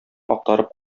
актарып